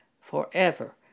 forever